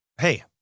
hey